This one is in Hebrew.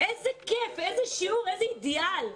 איזה כיף, איזה שיעור, איזה אידיאל.